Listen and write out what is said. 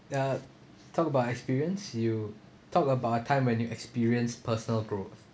ya talk about experience you talk about a time when you experience personal growth